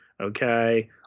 Okay